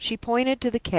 she pointed to the cab.